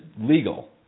legal